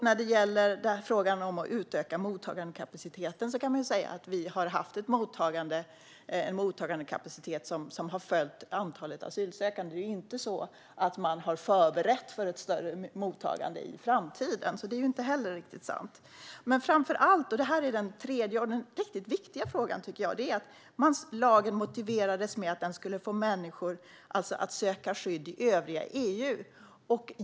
När det gäller frågan om att utöka mottagandekapaciteten, punkt två, kan man säga att vi har haft en mottagandekapacitet som har följt antalet asylsökande. Det är inte så att man har förberett för ett större mottagande i framtiden, så det är inte heller riktigt sant. Punkt tre är den riktigt viktiga frågan, tycker jag. Lagen motiverades med att den skulle få människor att söka skydd i övriga EU.